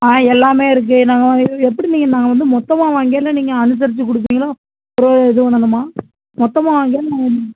ஆ எல்லாமே இருக்குது நாங்கள் எப்படி நீங்கள் நாங்கள் வந்து மொத்தமாக வாங்கயில நீங்கள் அனுசரித்து கொடுப்பீங்களா ஒரு இதுவும் பண்ணணுமா மொத்தமாக வாங்கயில நாங்கள்